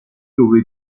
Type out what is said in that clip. dove